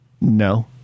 No